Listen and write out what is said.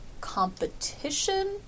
competition